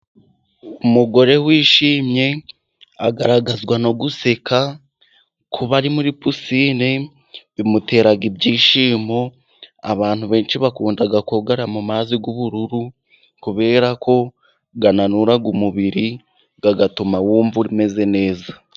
Umugore wishimye agaragazwa no guseka. Kuba ari muri pisine bimutera ibyishimo. Abantu benshi bakunda kogera mu mazi y'ubururu, kubera ko ananura umubiri, agatuma wumva umeze neza.